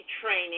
training